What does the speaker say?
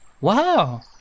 Wow